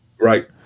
Right